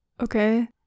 Okay